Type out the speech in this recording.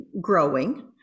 growing